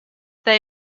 they